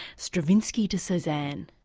stravinsky to cezanne.